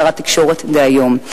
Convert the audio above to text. שר התקשורת דהיום.